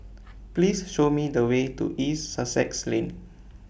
Please Show Me The Way to East Sussex Lane